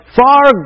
far